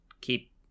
keep